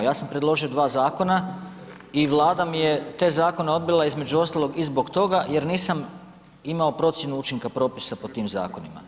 Ja sam predložio dva zakona i Vlada mi je te zakone odbila između ostalog i zbog toga jer nisam imao procjenu učinka propisa po tim zakonima.